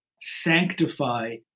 sanctify